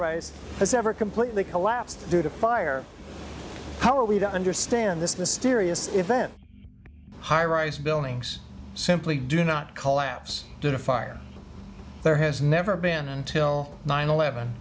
rise has ever completely collapsed due to fire how are we to understand this mysterious event high rise buildings simply do not collapse due to fire there has never been until nine eleven